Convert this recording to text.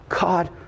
God